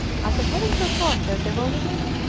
after having performed their devotions,